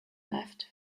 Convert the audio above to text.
left